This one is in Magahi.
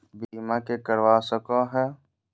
बीमा के करवा सको है?